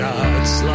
God's